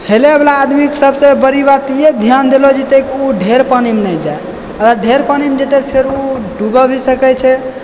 हेलय वाला आदमीके सबसे बड़ी बात इहे ध्यान देलो जेतै कि ओ ढ़ेर पानिमे नहि जाए अगर ढ़ेर पानिमे जेतै तऽ फेर ओ डुबि भी सकै छै